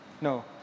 No